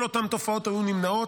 כל אותן תופעות היו נמנעות.